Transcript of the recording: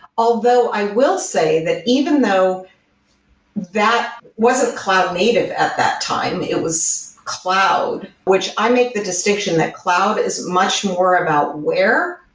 although i will say that even though that wasn't cloud native at that time, it was cloud, which i make the distinction that cloud is much more about where,